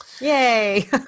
Yay